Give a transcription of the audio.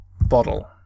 bottle